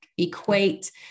equate